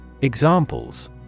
Examples